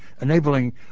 enabling